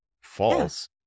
false